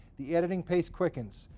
the editing pace quickens.